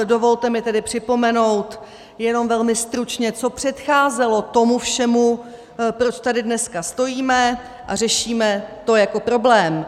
Dovolte mi tedy připomenout jenom velmi stručně, co předcházelo tomu všemu, proč tady dneska stojíme a řešíme to jako problém.